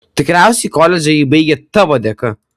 tikriausiai koledžą ji baigė tavo dėka